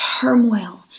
turmoil